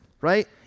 right